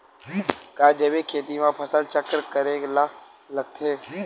का जैविक खेती म फसल चक्र करे ल लगथे?